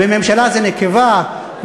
ממשלה זו נקבה,